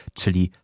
czyli